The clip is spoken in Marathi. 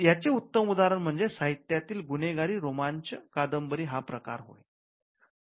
याचे उत्तम उदाहरण म्हणजे साहित्यत्यातील गुन्हेगारी रोमांच कांदबरी हा प्रकार होय